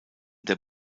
der